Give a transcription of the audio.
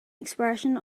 expression